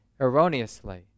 erroneously